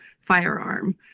firearm